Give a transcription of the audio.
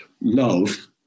love